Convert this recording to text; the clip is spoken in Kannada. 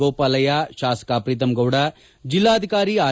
ಗೋಪಾಲಯ್ಯ ಶಾಸಕ ಪ್ರೀತಮ್ಗೌಡ ಜಿಲ್ಲಾಧಿಕಾರಿ ಆರ್